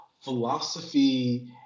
philosophy